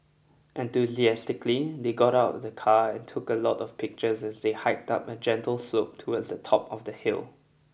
enthusiastically they got out of the car and took a lot of pictures as they hiked up a gentle slope towards the top of the hill